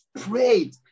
prayed